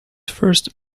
first